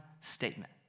statement